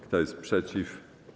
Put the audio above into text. Kto jest przeciw?